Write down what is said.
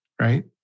right